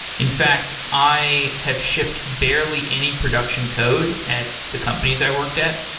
in fact, i have shipped barely any production code at the companies i worked at.